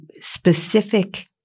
specific